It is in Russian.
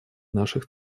наших